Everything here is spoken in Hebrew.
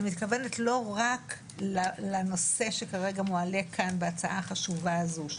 מתכוונת לא רק לנושא שכרגע מועלה כאן בהצעה החשובה הזו,